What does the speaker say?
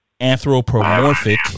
Anthropomorphic